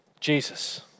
Jesus